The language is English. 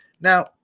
Now